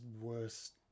worst